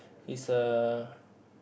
is uh